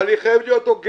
אבל היא חייבת להיות הוגנת.